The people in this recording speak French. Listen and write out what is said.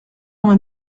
vingt